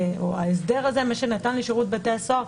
ההסדר הזה מה שנתן לשירות בתי הסוהר,